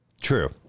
True